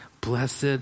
Blessed